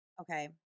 okay